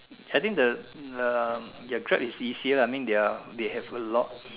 I think the the ya Grab is easier I mean they are they have a lot